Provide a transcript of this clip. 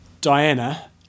Diana